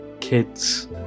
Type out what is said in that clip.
Kids